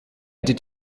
did